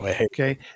Okay